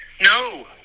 no